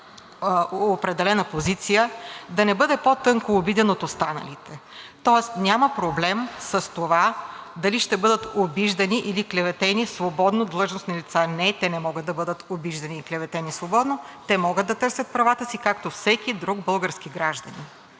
определена позиция, да не бъде по-тънкообиден от останалите. Тоест няма проблем с това дали длъжностни лица ще бъдат обиждани, или клеветени свободно. Не, те не могат да бъдат обиждани и клеветени свободно – те могат да търсят правата си както всеки друг български гражданин.